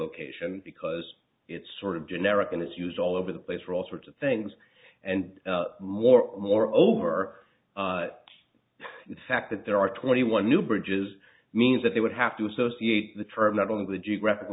location because it's sort of generic and it's used all over the place for all sorts of things and more and more over the fact that there are twenty one new bridges means that they would have to associate the term not all of the geographic